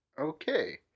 Okay